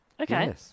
Okay